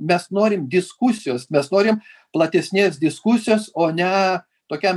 mes norim diskusijos mes norim platesnės diskusijos o ne tokiam